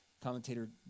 commentator